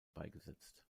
beigesetzt